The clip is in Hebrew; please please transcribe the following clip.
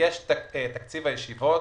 תקציב הישיבות,